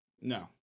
no